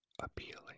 appealing